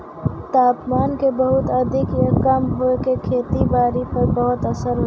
तापमान के बहुत अधिक या कम होय के खेती बारी पर बहुत असर होय छै